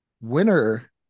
winner